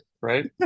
right